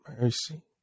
mercy